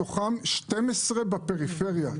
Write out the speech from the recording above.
מתוכן 12 בפריפריה.